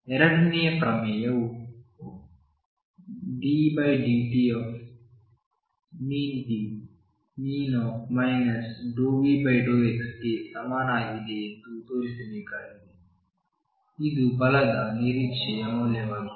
ಎರಡನೆಯ ಪ್ರಮೇಯವು ddt⟨p⟩ ⟨ ∂V∂x⟩ ಗೆ ಸಮನಾಗಿದೆ ಎಂದು ತೋರಿಸಬೇಕಾಗಿದೆ ಇದು ಬಲದ ನಿರೀಕ್ಷೆಯ ಮೌಲ್ಯವಾಗಿದೆ